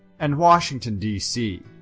and washington dc.